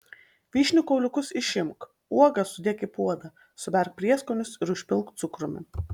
vyšnių kauliukus išimk uogas sudėk į puodą suberk prieskonius ir užpilk cukrumi